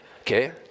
Okay